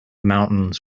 mountains